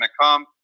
come